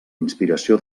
inspiració